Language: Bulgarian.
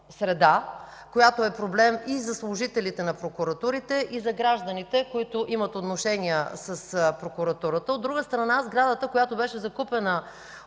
която е проблем и за служителите на прокуратурите, и за гражданите, които имат отношения с прокуратурата. От друга страна, сградата, купена